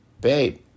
Babe